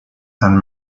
and